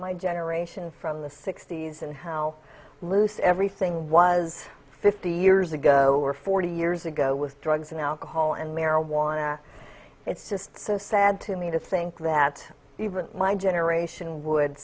my generation from the sixty's and how loose everything was fifty years ago or forty years ago with drugs and alcohol and marijuana it's just so sad to me to think that even my generation would